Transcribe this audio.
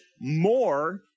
more